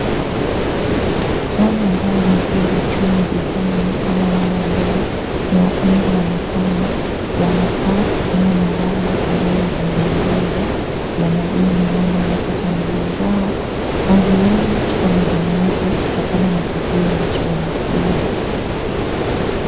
Wale ambao wamekula chumvi sana ama wale ambao ni umri wa makamo wanafaa kutumia madawa ambazo zina nyongeza ya maini maana unapata miili zao haziwezi kuchukua madini yote kutokana na chakula ambacho wanakula.